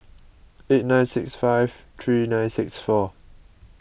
eight nine six five three nine six four